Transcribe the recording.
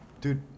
Dude